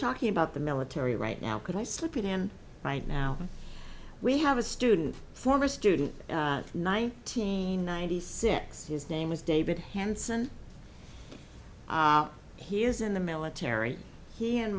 talking about the military right now could i slip in right now we have a student former student nineteen ninety six his name is david hanson he is in the military he and